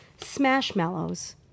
Smashmallows